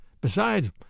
Besides